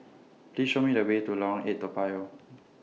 Please Show Me The Way to Lorong eight Toa Payoh